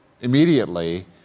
immediately